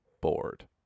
bored